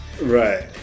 Right